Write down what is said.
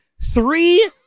three